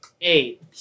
Eight